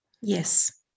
yes